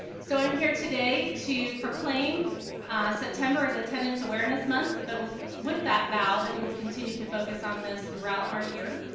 so i'm here today to proclaim september as attendance awareness month but, with that, vow that we will continue to focus on this throughout our year.